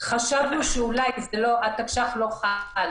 שחשדנו שהתקש"ח לא חל